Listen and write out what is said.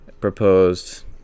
proposed